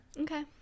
okay